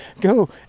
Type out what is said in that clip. go